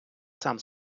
сам